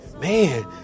Man